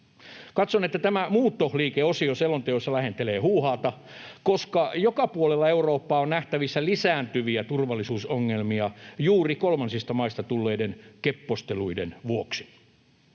Katson, että tämä muuttoliikeosio selonteossa lähentelee huuhaata, koska joka puolella Eurooppaa on nähtävissä lisääntyviä turvallisuusongelmia juuri kolmansista maista tulleiden kepposteluiden vuoksi.